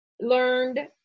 learned